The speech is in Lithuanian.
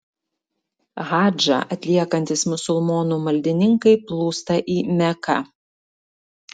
hadžą atliekantys musulmonų maldininkai plūsta į meką